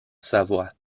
savoie